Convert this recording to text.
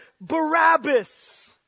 Barabbas